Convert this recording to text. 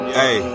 hey